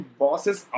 bosses